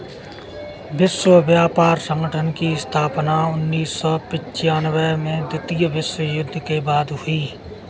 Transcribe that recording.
विश्व व्यापार संगठन की स्थापना उन्नीस सौ पिच्यानबें में द्वितीय विश्व युद्ध के बाद हुई